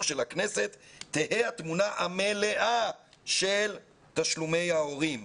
של הכנסת תהא התמונה המלאה של תשלומי ההורים,